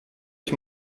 ich